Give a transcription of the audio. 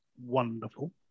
wonderful